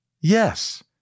Yes